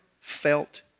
felt